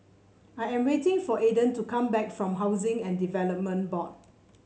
I am waiting for Aiden to come back from Housing and Development Board